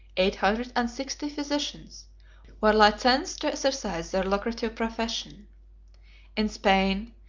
eight hundred and sixty physicians were licensed to exercise their lucrative profession in spain,